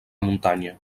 muntanya